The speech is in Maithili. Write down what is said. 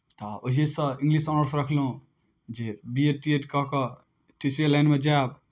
तऽ ओहिएसँ इंग्लिश ऑनर्स रखलहुँ जे बी एड टी एड कऽ कऽ टीचरे लाइनमे जायब